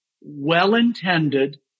well-intended